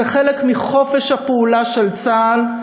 זה חלק מחופש הפעולה של צה"ל,